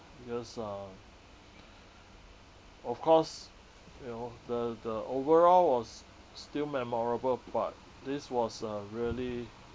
because uh of course you know the the overall was still memorable but this was a really